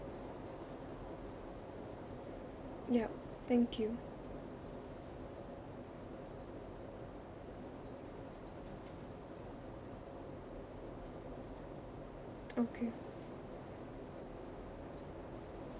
yup thank you okay